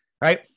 right